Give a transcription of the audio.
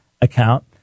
account